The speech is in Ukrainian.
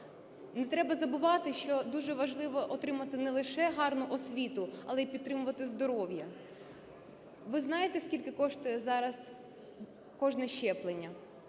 Не треба забувати, що дуже важливо отримати не лише гарну освіту, але і підтримувати здоров'я. Ви знаєте, скільки коштує зараз кожне щеплення,